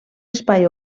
espai